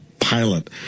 pilot